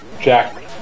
jack